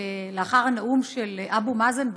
לאחר הנאום של אבו מאזן באו"ם,